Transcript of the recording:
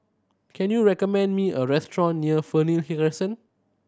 can you recommend me a restaurant near Fernhill Crescent